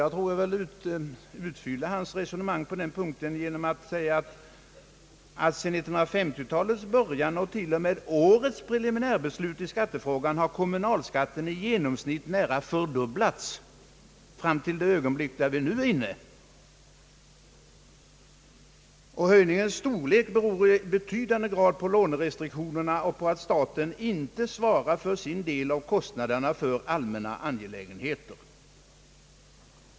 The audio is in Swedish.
Jag får väl utfylla hans resonemang på den punkten genom att säga att sedan 1950-talets början och till och med årets preliminärbeslut om skatterna har kommunalskatten nära fördubblats. Höjningens storlek beror i betydande grad på lånerestriktionerna och på att staten inte svarar för sin del av kostnaderna för allmänna angelägenheter.